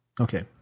Okay